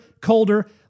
colder